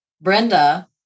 Brenda